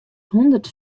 hûndert